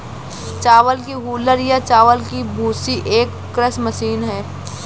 चावल की हूलर या चावल की भूसी एक कृषि मशीन है